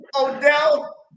Odell